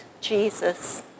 Jesus